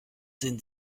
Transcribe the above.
sind